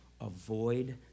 avoid